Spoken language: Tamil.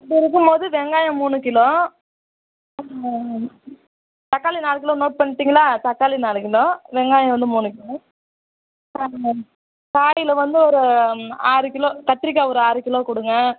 அப்படி இருக்கும்போது வெங்காயம் மூணு கிலோ அப்புறம் தக்காளி நாலு கிலோ நோட் பண்ணிகிட்டிங்களா தக்காளி நாலு கிலோ வெங்காயம் வந்து மூணு கிலோ ஆமாம் காய்ல வந்து ஒரு ஆறு கிலோ கத்திரிக்காய் ஒரு ஆறு கிலோ கொடுங்க